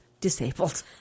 disabled